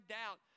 doubt